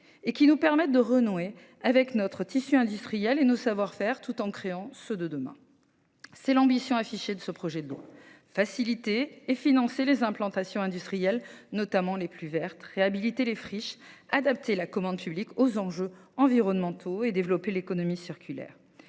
qui nous permette de renouer avec notre tissu industriel et nos savoir-faire, tout en créant ceux de demain. Telle est l’ambition affichée de ce projet de loi : faciliter et financer les implantations industrielles, notamment les plus vertes, réhabiliter les friches, adapter la commande publique aux enjeux environnementaux et développer l’économie circulaire.